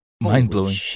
mind-blowing